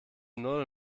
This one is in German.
null